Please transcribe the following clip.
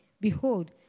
Behold